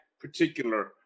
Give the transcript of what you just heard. particular